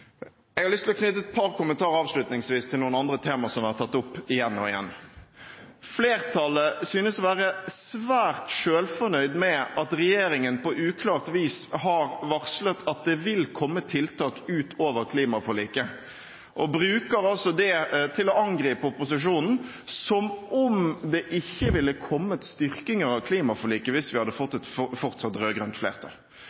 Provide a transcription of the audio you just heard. Jeg har lyst til å knytte et par kommentarer avslutningsvis til noen andre temaer som har vært tatt opp igjen og igjen. Flertallet synes å være svært selvfornøyd med at regjeringen på uklart vis har varslet at det vil komme tiltak utover klimaforliket, og bruker altså det til å angripe opposisjonen, som om det ikke ville kommet styrkinger av klimaforliket hvis vi hadde fått